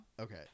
Okay